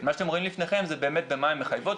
מה שאתם רואים לפניכם זה באמת במה הן מחויבות,